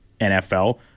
NFL